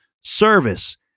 service